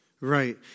Right